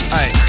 Hey